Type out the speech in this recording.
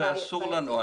זה אסור לנו.